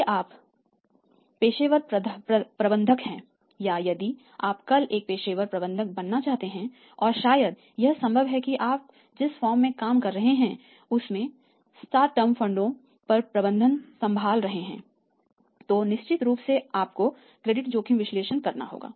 यदि आप पेशेवर प्रबंधक हैं या यदि आप कल एक पेशेवर प्रबंधक बनना चाहते हैं और शायद यह संभव है कि आप जिस फर्म में काम कर रहे हैं उसमें शॉर्ट टर्म फंडों का प्रबंधन संभाल रहे हैं तो निश्चित रूप से आपको क्रेडिट जोखिम विश्लेषण करना होगा